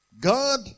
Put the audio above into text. God